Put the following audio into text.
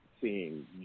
seeing